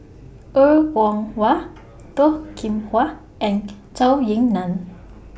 Er Kwong Wah Toh Kim Hwa and Zhou Ying NAN